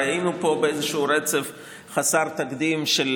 הרי היינו פה באיזשהו רצף חסר תקדים של